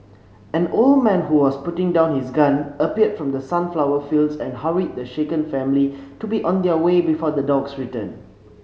an old man who was putting down his gun appeared from the sunflower fields and hurried the shaken family to be on their way before the dogs return